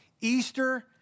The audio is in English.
Easter